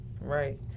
right